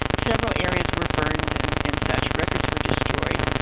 several areas were burned and and such, records were destroyed.